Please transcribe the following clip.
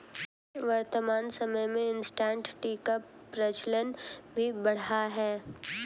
वर्तमान समय में इंसटैंट टी का प्रचलन भी बढ़ा है